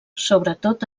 sobretot